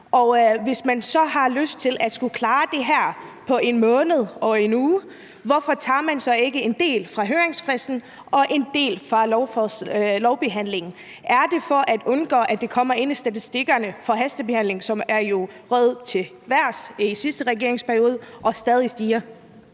hvis man så har lyst til at skulle klare det her på 1 måned og 1 uge, hvorfor tager man så ikke bare en del fra høringsfristen og en del fra lovbehandlingen? Er det for at undgå, at det kommer ind i statistikkerne for hastebehandlinger, som jo er røget i vejret i den sidste regeringsperiode, og som stadig stiger?